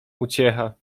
uciecha